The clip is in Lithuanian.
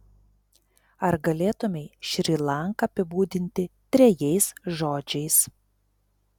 ar galėtumei šri lanką apibūdinti trejais žodžiais